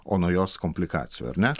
o nuo jos komplikacijų ar ne